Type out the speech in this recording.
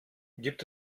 gibt